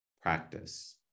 practice